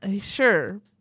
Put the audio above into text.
Sure